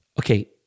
Okay